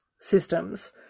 systems